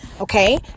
Okay